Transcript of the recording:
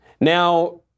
Now